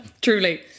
Truly